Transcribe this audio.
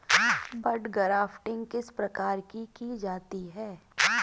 बड grafting किस प्रकार की जाती है?